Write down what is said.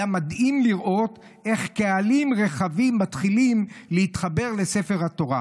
היה מדהים לראות איך קהלים רחבים מתחילים להתחבר לספר התורה.